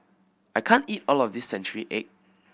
I can't eat all of this century egg